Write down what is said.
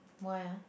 why ah